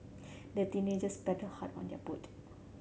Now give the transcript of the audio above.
the teenagers paddled hard on their boat